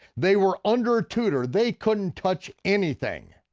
they were under tutor, they couldn't touch anything.